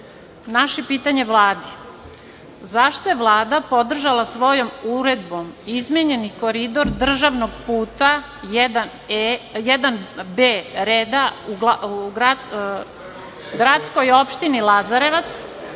pitanje Vladi – zašto je Vlada podržala svojom uredbom izmenjeni koridor državnog puta 1B reda u gradskoj opštini Lazarevac,